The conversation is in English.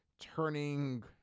turning